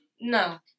No